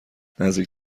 نزدیک